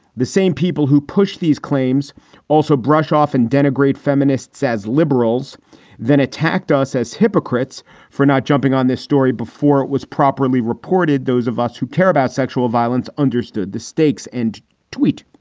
the same people who push these claims also brush off and denigrate feminists as liberals then attacked us as hypocrites for not jumping on this story before it was properly reported. those of us who care about sexual violence understood the stakes and tweet.